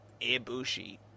Ibushi